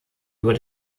über